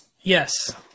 Yes